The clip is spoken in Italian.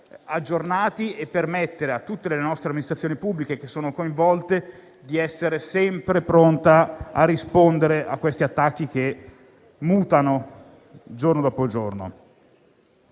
aggiornati e permettere a tutte le amministrazioni pubbliche coinvolte di essere sempre pronte a rispondere a questi attacchi, che mutano giorno dopo giorno.